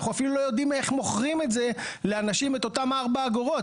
אנחנו אפילו לא יודעים איך מוכרים את אותם ארבע אגורות לאנשים.